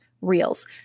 reels